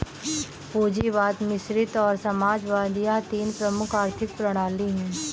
पूंजीवाद मिश्रित और समाजवाद यह तीन प्रमुख आर्थिक प्रणाली है